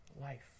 life